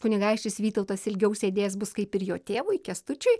kunigaikštis vytautas ilgiau sėdės bus kaip ir jo tėvui kęstučiui